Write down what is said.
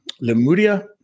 Lemuria